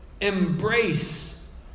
Embrace